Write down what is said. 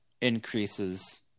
increases